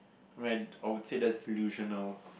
rant I would say that's delusional